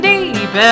Deep